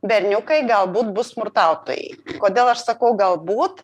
berniukai galbūt bus smurtautojai kodėl aš sakau galbūt